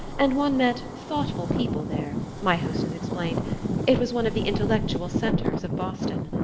and one met thoughtful people there, my hostess explained it was one of the intellectual centres of boston.